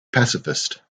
pacifist